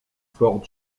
for